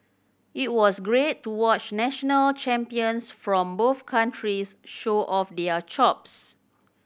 it was great to watch national champions from both countries show off their chops